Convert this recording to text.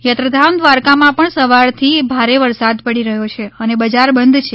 યાત્રાધામ દ્વારકા માં પણ સવાર થી ભારે વરસાદ પડી રહ્યો છે અને બજાર બંધ છે